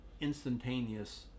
instantaneous